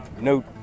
no